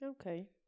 Okay